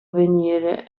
venire